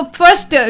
first